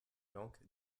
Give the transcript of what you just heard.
donc